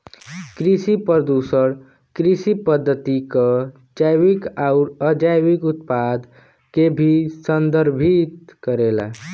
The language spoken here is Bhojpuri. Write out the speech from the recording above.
कृषि प्रदूषण कृषि पद्धति क जैविक आउर अजैविक उत्पाद के भी संदर्भित करेला